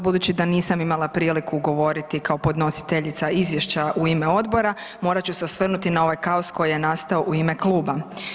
budući da nisam imala priliku govoriti kao podnositeljica Izvješća u ime Odbora morat ću se osvrnuti na ovaj kaos koji je nastao u ime Kluba.